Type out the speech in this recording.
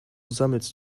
sammelst